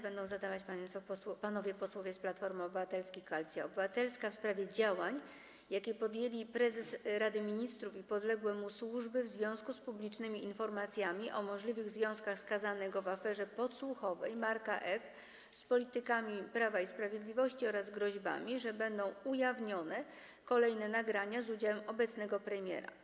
Będą je zadawać panowie posłowie z Platformy Obywatelskiej - Koalicji Obywatelskiej, w sprawie działań, jakie podjęli prezes Rady Ministrów i podległe mu służby w związku z publicznymi informacjami o możliwych związkach skazanego w aferze podsłuchowej Marka F. z politykami Prawa i Sprawiedliwości oraz groźbami, że będą ujawnione kolejne nagrania z udziałem obecnego premiera.